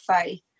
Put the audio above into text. faith